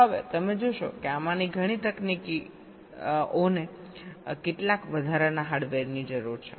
હવે તમે જોશો કે આમાંની ઘણી તકનીકીઓને કેટલાક વધારાના હાર્ડવેરની જરૂર છે